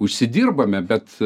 užsidirbame bet